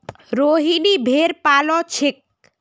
रोहिनी भेड़ पा ल छेक